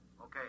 Okay